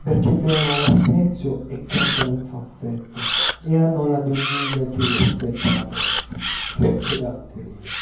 perchè bevono l'assenzio e cantano in falsetto e hanno la donnina che li aspetta alla porta che pedanteria